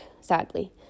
sadly